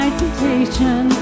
temptation